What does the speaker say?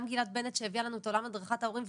גם גילת בנט שהביאה לנו את עולם הדרכת ההורים,